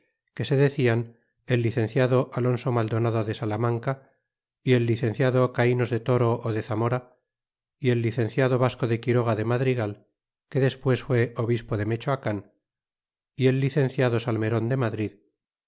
que se decían el licenciado alonso maldonado de salamanca y el licenciado cainos de toro ó de zamora y el licenciado vasco de quiroga de madrigal que despues fué obispo de mechoacan y el licenciado salmeron de madrid